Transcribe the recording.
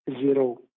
zero